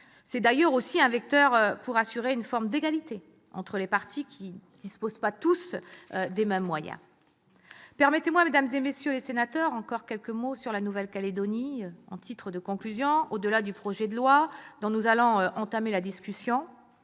C'est aussi un vecteur pour assurer une forme d'égalité entre les partis, qui ne disposent pas tous des mêmes moyens. Permettez-moi, mesdames, messieurs les sénateurs, de dire encore quelques mots sur la Nouvelle-Calédonie en guise de conclusion, au-delà du projet de loi dont nous allons entamer la discussion.